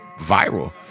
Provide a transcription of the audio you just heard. viral